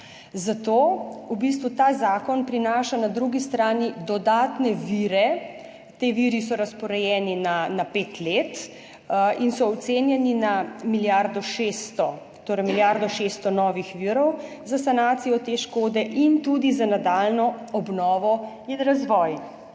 Zato v bistvu ta zakon prinaša na drugi strani dodatne vire. Ti viri so razporejeni na 5 let in so ocenjeni na milijardo 600, torej milijardo 600 novih virov za sanacijo te škode in tudi za nadaljnjo obnovo in razvoj.